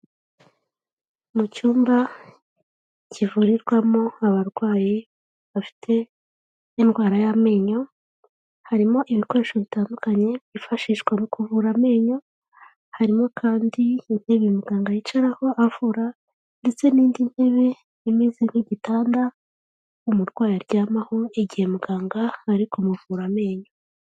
Mu cyumba kivurirwamo abarwayi bafite indwara y'amenyo harimo ibikoresho bitandukanye byifashishwa mu kuvura amenyo, harimo kandi intebe muganga yicaraho avura ndetse n'indi ntebe imeze nk'igitanda umurwayi aryamaho igihe muganga ariko kumuvura amenyo.